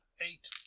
eight